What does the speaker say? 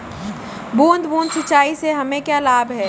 बूंद बूंद सिंचाई से हमें क्या लाभ है?